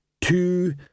two